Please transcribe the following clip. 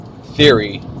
theory